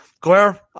Claire